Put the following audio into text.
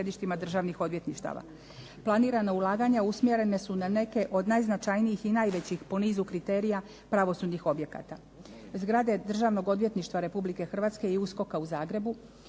banke u Zagrebu.